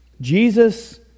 Jesus